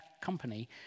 company